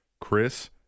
Chris